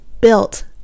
built